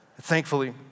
Thankfully